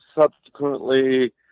subsequently